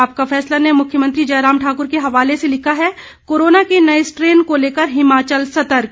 आपका फैसला ने मुख्यमंत्री जयराम ठाक्र के हवाले से लिखा है कोरोना के नए स्ट्रेन को लेकर हिमाचल सतर्क